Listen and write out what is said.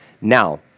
Now